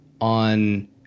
on